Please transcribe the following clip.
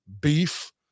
beef